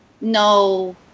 no